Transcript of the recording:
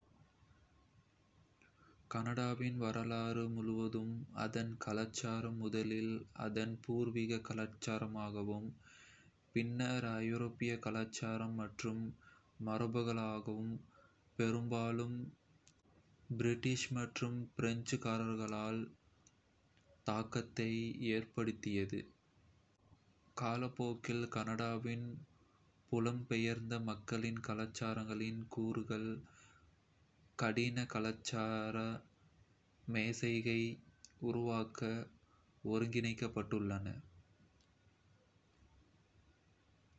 கனடாவின் வரலாறு முழுவதும், அதன் கலாச்சாரம் முதலில் அதன் பூர்வீக கலாச்சாரங்களாலும், பின்னர் ஐரோப்பிய கலாச்சாரம் மற்றும் மரபுகளாலும், பெரும்பாலும் பிரிட்டிஷ் மற்றும் பிரெஞ்சுக்காரர்களால் தாக்கத்தை ஏற்படுத்தியது. காலப்போக்கில், கனடாவின் புலம்பெயர்ந்த மக்களின் கலாச்சாரங்களின் கூறுகள் கனேடிய கலாச்சார மொசைக்கை உருவாக்க ஒருங்கிணைக்கப்பட்டுள்ளன.